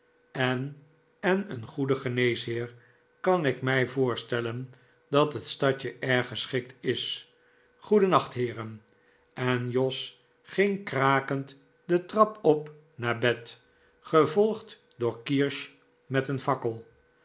en en een goeden geneesheer kan ik mij voorstellen dat het stadje erg geschikt is goeden nacht heeren en jos ging krakend de trap op naar bed gevolgd door kirsch met een fakkel